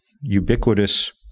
ubiquitous